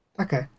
Okay